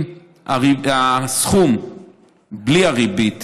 אם הסכום בלי הריבית